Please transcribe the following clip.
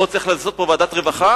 או צריך לעשות זאת בוועדת רווחה,